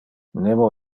nemo